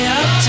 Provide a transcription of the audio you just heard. up